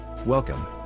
Welcome